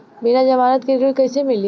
बिना जमानत के ऋण कैसे मिली?